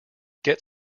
get